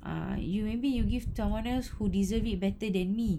err you maybe you give someone else who deserve it better than me